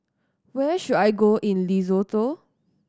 where should I go in Lesotho